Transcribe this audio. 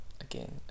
again